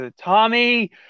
Tommy